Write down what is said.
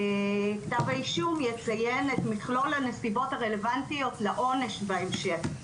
שכתב האישום יציין את מכלול הנסיבות הרלוונטיות לעונש בהמשך,